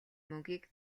мөнгийг